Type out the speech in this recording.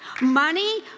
money